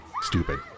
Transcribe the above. stupid